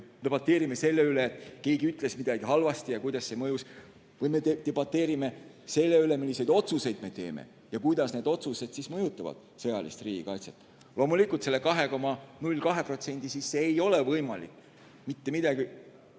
me debateerime selle üle, et keegi ütles midagi halvasti ja kuidas see mõjus, või me debateerime selle üle, milliseid otsuseid me teeme ja kuidas need otsused mõjutavad sõjalist riigikaitset? Loomulikult, selle 2,02% sisse ei ole võimalik mitte mingeid